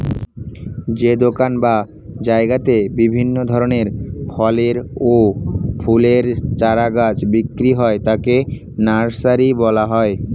যে দোকান বা জায়গাতে বিভিন্ন ধরনের ফলের ও ফুলের চারা গাছ বিক্রি হয় তাকে নার্সারি বলা হয়